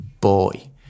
boy